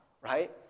right